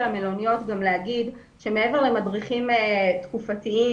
המלוניות חשוב לי לומר שמעבר למדריכים תקופתיים,